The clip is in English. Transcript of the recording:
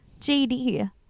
JD